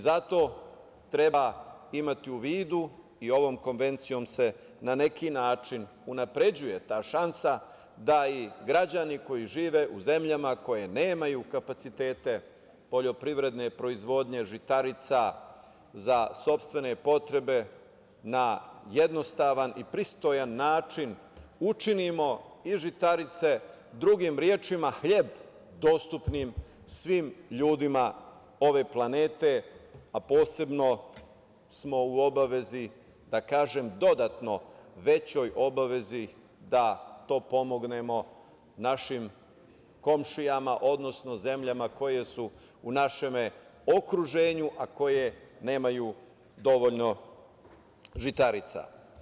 Zato treba imati u vidu i ovom Konvencijom se na neki način unapređuje ta šansa da i građani koji žive u zemljama koje nemaju kapacitete poljoprivredne proizvodnje žitarica za sopstvene potrebe na jednostavan i pristojan način učinimo i žitarice, drugim rečima hleb dostupnim svim ljudima ove planete, a posebno smo u obavezi, da kažem, dodatno većoj obavezi da pomognemo našim komšijama, odnosno zemljama koje su u našem okruženju, a koje nemaju dovoljno žitarica.